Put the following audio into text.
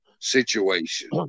situation